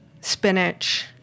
spinach